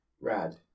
rad